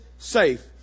safe